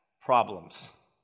problems